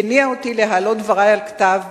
הניעה אותי להעלות דברי על כתב,